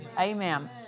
Amen